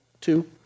two